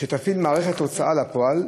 שתפעיל מערכת ההוצאה לפועל,